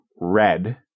red